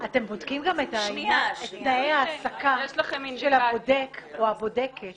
-- אתם בודקים גם את תנאי העסקה של הבודק או הבודקת